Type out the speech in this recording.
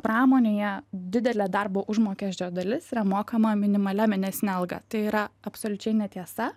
pramonėje didelė darbo užmokesčio dalis yra mokama minimalia mėnesine alga tai yra absoliučiai netiesa